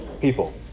people